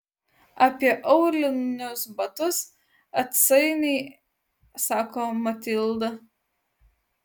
apie aulinius batus atsainiai sako matilda